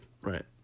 Right